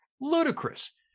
ludicrous